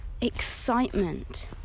excitement